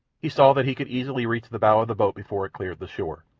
he saw that he could easily reach the bow of the boat before it cleared the shore,